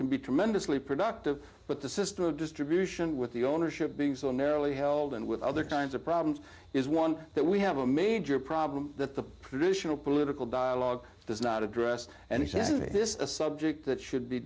can be tremendously productive but the system of distribution with the ownership being so narrowly held and with other kinds of problems is one that we have a major problem that the provisional political dialogue does not address and he says this is a subject that should be